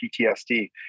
PTSD